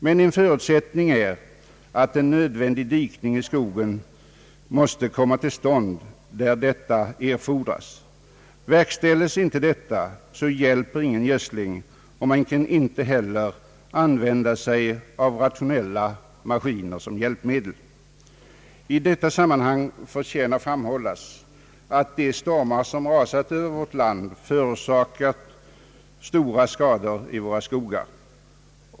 Men en förutsättning är att dikning i skogen kommer till stånd där så erfordras. Sker inte detta hjälper ingen gödsling, och man kan inte heller använda rationella maskiner som hjälpmedel. I detta sammanhang förtjänar framhållas att de stormar som rasat över landet förorsakat stora skador i skogarna.